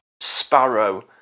sparrow